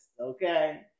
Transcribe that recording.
okay